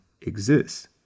exists